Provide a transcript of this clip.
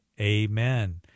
amen